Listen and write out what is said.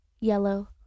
yellow